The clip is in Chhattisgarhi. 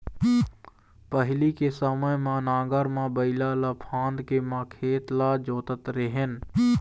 पहिली के समे म नांगर म बइला ल फांद के म खेत ल जोतत रेहेन